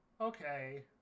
okay